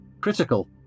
critical